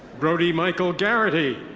brody michael gaherty.